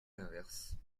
l’inverse